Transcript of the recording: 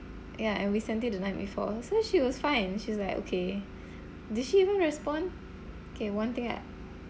ya and we sent it the night before so she was fine she's like okay did she even respond okay one thing I